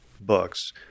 books